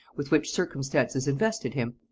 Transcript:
with which circumstances invested him,